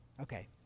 Okay